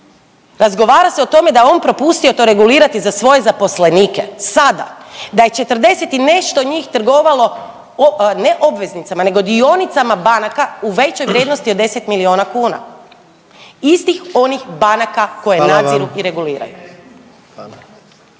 razgovara se o tome da je on propustio to regulirati za svoje zaposlenike, sada da je 40 i nešto njih trgovalo ne obveznicama, nego dionicama banaka u većoj vrijednosti od 10 miliona kuna. Istih onih banaka koje nadziru i reguliraju.